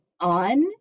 on